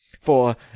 For